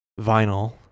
vinyl